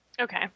Okay